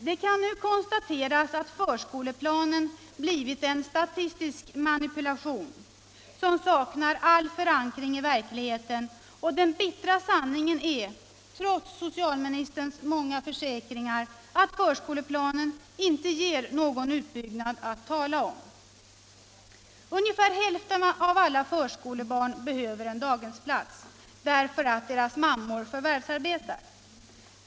Det kan nu konstateras att förskoleplanen blivit en statistisk manipulation som saknar all förankring i verkligheten, och den bittra sanningen är, trots socialministerns många försäkringar, att förskoleplanen inte ger någon utbyggnad att tala om. Ungefär hälften av alla förskolebarn behöver en daghemsplats därför att deras mammor förvärvsarbetar.